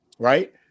right